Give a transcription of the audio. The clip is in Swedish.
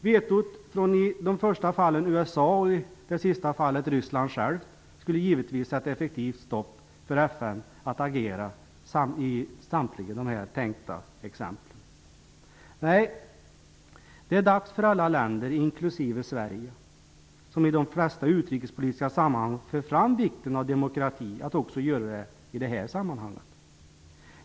Vetot från i de första två fallen USA och i det sista fallet Ryssland självt skulle givetvis sätta effektivt stopp för FN att agera i samtliga dessa tänkta exempel. Nej. Det är dags för alla länder som i de flesta utrikespolitiska sammanhang för fram vikten av demokrati, inklusive Sverige, att också göra det i det här sammanhanget.